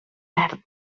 verd